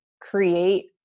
create